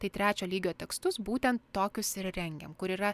tai trečio lygio tekstus būtent tokius ir rengiam kur yra